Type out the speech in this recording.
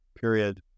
period